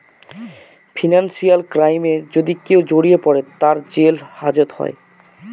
financial ক্রাইমে যদি কেউ জড়িয়ে পরে, তার জেল হাজত হয়